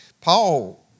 Paul